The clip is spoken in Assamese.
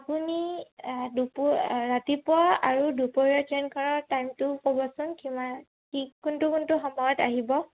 আপুনি দুপ ৰাতিপুৱা আৰু দুপৰীয়া ট্ৰেইনখনৰ টাইমটো ক'বচোন কিমান কি কোনটো কোনটো সময়ত আহিব